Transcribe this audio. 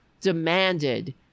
demanded